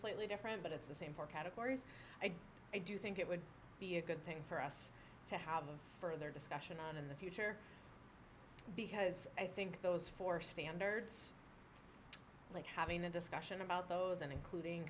slightly different but it's the same four categories i do think it would be a good thing for us to have moved further discussion on in the future because i think those four standards like having a discussion about those and including